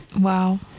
wow